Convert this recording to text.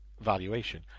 valuation